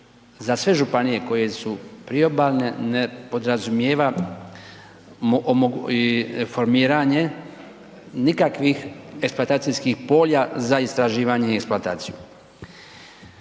za sve županije koje su priobalne ne podrazumijeva formiranje nikakvih eksploatacijskih polja za istraživanje i eksploataciju.